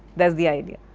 that's the idea.